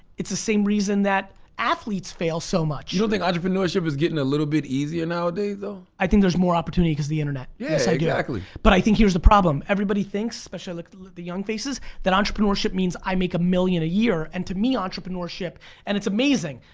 it's the same reason that athletes fail so much. you don't think entrepreneurship is getting a little bit easier nowadays though? i think there's more opportunity because the internet, yes i do, but i think here's the problem, everybody thinks especially like the the young faces that entrepreneurship means i make a million a year and to me entrepreneurship and it's amazing,